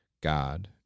God